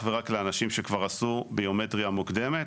ורק לאנשים שכבר עשו ביומטריה מוקדמת